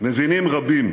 מבינים רבים.